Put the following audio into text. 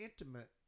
intimate